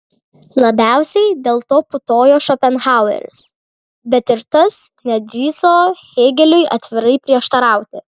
labiausiai dėl to putojo šopenhaueris bet ir tas nedrįso hėgeliui atvirai prieštarauti